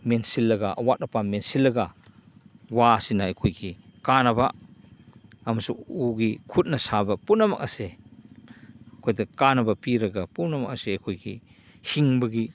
ꯃꯦꯟꯁꯤꯜꯂꯒ ꯑꯋꯥꯠ ꯑꯄꯥ ꯃꯦꯟꯁꯤꯜꯂꯒ ꯋꯥꯁꯤꯅ ꯑꯩꯈꯣꯏꯒꯤ ꯀꯥꯟꯅꯕ ꯑꯃꯁꯨꯡ ꯎꯒꯤ ꯈꯨꯠꯅ ꯁꯥꯕ ꯄꯨꯝꯅꯃꯛ ꯑꯁꯦ ꯑꯩꯈꯣꯏꯗ ꯀꯥꯟꯅꯕ ꯄꯤꯔꯒ ꯄꯨꯝꯅꯃꯛ ꯑꯁꯦ ꯑꯩꯈꯣꯏꯒꯤ ꯍꯤꯡꯕꯒꯤ